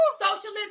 socialism